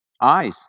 eyes